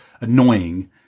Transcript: annoying